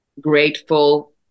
grateful